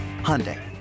Hyundai